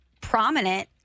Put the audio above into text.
prominent